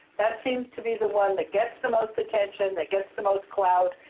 that seems to be the one that gets the most attention, that gets the most clout.